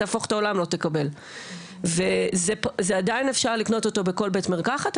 תהפוך את העולם לא תקבל וזה עדיין אפשר לקנות אותו בכל בית מרקחת,